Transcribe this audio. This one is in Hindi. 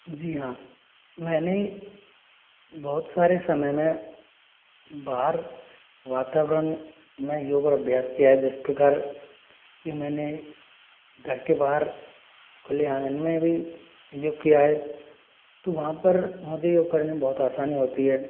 जी हाँ मैंने बहुत सारे समय में बाहर वातावरण में योग और अभ्यास किया है जिस प्रकार की मैंने घर के बाहर खुले आंगन में भी योग किया है तो वहाँ पर मुझे योग करने में बहुत आसानी होती है